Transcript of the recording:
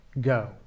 go